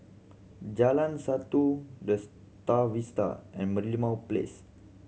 Jalan Satu The Star Vista and Merlimau Place